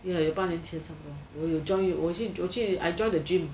ya 有八年前差不多我有 join I join the gym